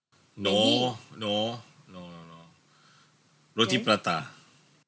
no no no no no roti prata